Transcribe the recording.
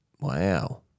Wow